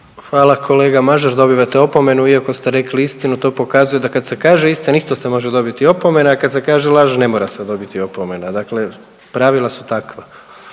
Hvala kolega Mažar, dobivate opomenu iako ste rekli istinu to pokazuje da kad se kaže istina isto ste može dobiti opomena, a kad se kaže laž ne mora se dobiti opomena. Dakle, pravila su takva,